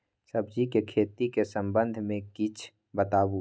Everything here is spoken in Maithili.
सब्जी के खेती के संबंध मे किछ बताबू?